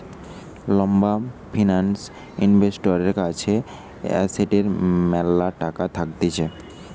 লম্বা ফিন্যান্স ইনভেস্টরের কাছে এসেটের ম্যালা টাকা থাকতিছে